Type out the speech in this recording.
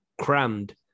crammed